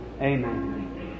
Amen